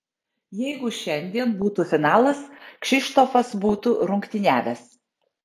jeigu šiandien būtų finalas kšištofas būtų rungtyniavęs